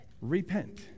Repent